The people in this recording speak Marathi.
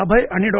अभय आणि डॉ